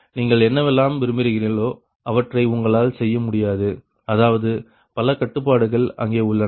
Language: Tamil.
நீங்கள் என்னவெல்லாம் விரும்புகிறீர்களோ அவற்றை உங்களால் செய்ய முடியாது அதாவது பல கட்டுப்பாடுகள் அங்கே உள்ளன